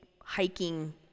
hiking